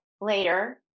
later